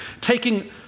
taking